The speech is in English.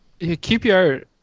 QPR